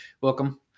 welcome